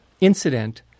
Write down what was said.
incident